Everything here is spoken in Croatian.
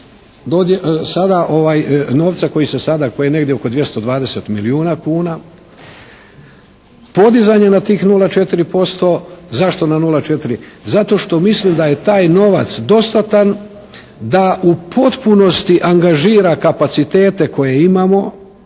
sada novca koji se sada, koji je negdje oko 220 milijuna kuna, podizanje na tih 0,4%. Zašto na 0,4? Zato što mislim da je taj novac dostatan da u potpunosti angažira kapacitete koje imamo,